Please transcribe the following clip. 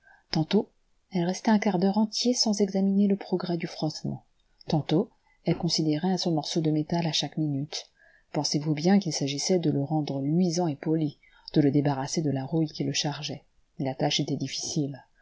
tantôt elle restait un quart d'heure entier sans examiner le progrès du frottement tantôt elle considérait son morceau de métal à chaque minute pensez-vous bien qu'il s'agissait de le rendre luisant et poli de le débarrasser de la rouille qui le chargeait la tâche était difficile